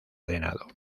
drenado